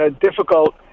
difficult